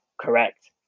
correct